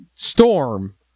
Storm